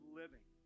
living